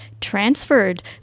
transferred